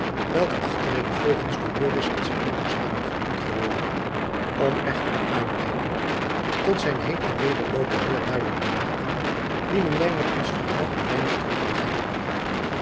welke achtereenvolgends door joris en zijn makkers waren genoemd geworden om echter de aanleiding tot zijn heen en weder loopen meer duidelijk te maken dienen wy met ons verhaal een weinig terug te gaan